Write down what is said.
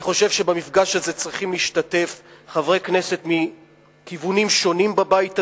אני חושב שבמפגש הזה צריכים להשתתף חברי כנסת מכיוונים שונים בבית הזה,